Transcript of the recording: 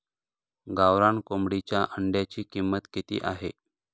गावरान कोंबडीच्या अंड्याची किंमत किती आहे?